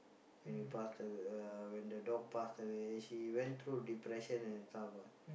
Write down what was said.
when you passed a~ when the dog passed away she went through depression and stuff ah